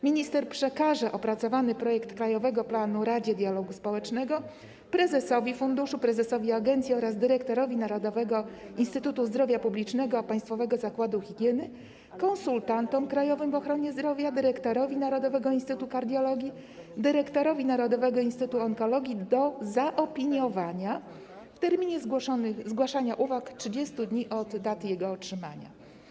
Minister przekaże opracowany projekt krajowego planu transformacji Radzie Dialogu Społecznego, prezesowi funduszu, prezesowi agencji oraz dyrektorowi Narodowego Instytutu Zdrowia Publicznego - Państwowego Zakładu Higieny, konsultantom krajowym w ochronie zdrowia, dyrektorowi Narodowego Instytutu Kardiologii, dyrektorowi Narodowego Instytutu Onkologii do zaopiniowania, z terminem zgłaszania uwag: 30 dni od daty jego otrzymania.